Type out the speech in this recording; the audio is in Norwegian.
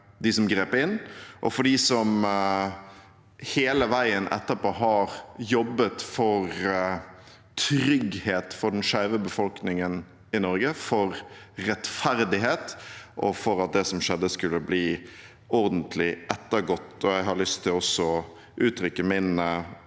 dem som grep inn, og for dem som hele veien etterpå har jobbet for trygghet for den skeive befolkningen i Norge, for rettferdighet og for at det som skjedde, skulle bli ordentlig ettergått. Jeg har også lyst til å uttrykke min